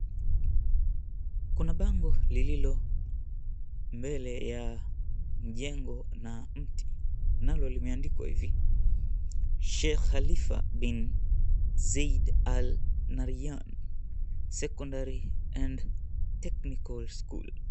Kuna bango lililo mbele la jengo na mti. Nalo limeandikwa hivi, Sheikh Khalifa Bin Zayed Al Nahyan Secondary and Technical School.